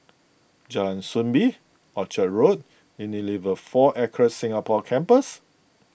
Jalan Soo Bee Orchard Road and Unilever four Acres Singapore Campus